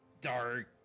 dark